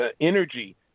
energy